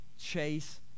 chase